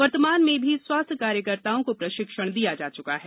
वर्तमान में भी स्वास्थ्य कार्यकर्ताओं को प्रशिक्षण दिया जा च्का है